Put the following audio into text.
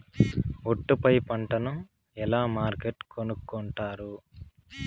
ఒట్టు పై పంటను ఎలా మార్కెట్ కొనుక్కొంటారు?